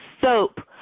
soap